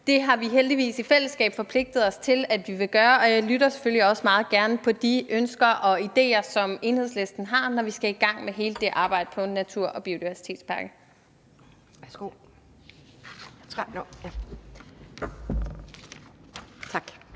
Det har vi heldigvis i fællesskab forpligtet os til at vi vil gøre, og jeg lytter selvfølgelig også meget gerne til de ønsker og ideer, som Enhedslisten har, når vi skal i gang med hele det arbejde om en natur- og biodiversitetspakke. Kl.